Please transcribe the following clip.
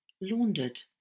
laundered